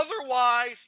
Otherwise